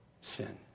sin